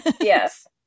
Yes